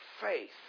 Faith